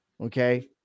Okay